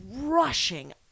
rushing